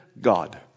God